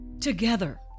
Together